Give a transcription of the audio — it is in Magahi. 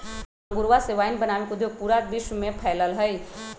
अंगूरवा से वाइन बनावे के उद्योग पूरा विश्व में फैल्ल हई